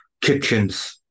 kitchens